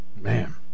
man